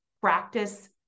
practice